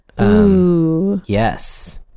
Yes